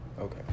Okay